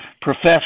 profess